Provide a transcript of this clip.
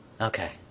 Okay